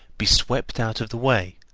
be swept out of the way,